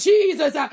Jesus